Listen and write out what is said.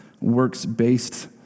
works-based